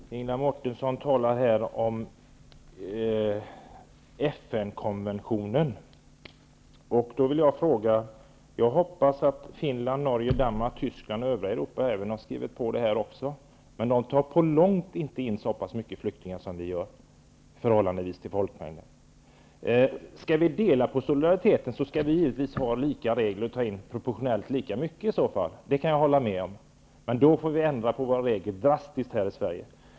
Herr talman! Ingela Mårtensson talar om FN konventionen. Jag hoppas att Finland, Norge, Danmark, Tyskland och övriga Europa också har skrivit på denna konvention. Men de tar på långt när inte in så många flyktingar som vi gör i förhållande till folkmängden. Skall vi dela på solidariteten, skall vi givetvis ha lika regler och ta in proportionellt lika många. Det kan jag hålla med om. Men då får vi ändra våra regler drastiskt i Sverige.